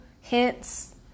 hints